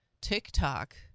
TikTok